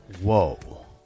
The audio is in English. Whoa